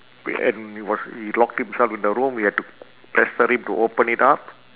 we and it was he locked himself in the room we had to pester him to open it up